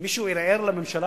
תראה איזה הישג